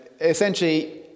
Essentially